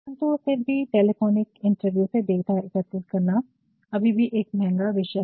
परंतु फिर भी टेलीफोनिक इंटरव्यू से डाटा एकत्रित करना अभी एक महंगा विषय है